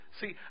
See